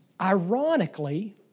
Ironically